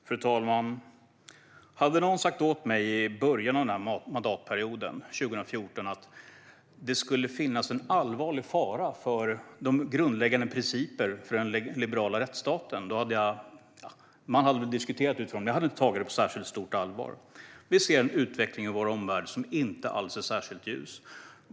Fru talman! Hade någon sagt till mig i början av den här mandatperioden, 2014, att det skulle finnas en allvarlig fara för den liberala rättsstatens grundläggande principer skulle jag inte tagit det på särskilt stort allvar. Vi ser en utveckling i vår omvärld som inte alls är särskilt ljus.